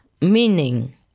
meaning